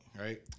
right